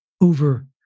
over